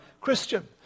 Christian